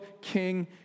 king